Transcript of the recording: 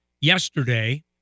yesterday